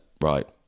right